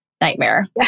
nightmare